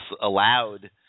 allowed